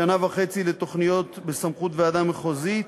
שנה וחצי לתוכניות בסמכות ועדה מחוזית.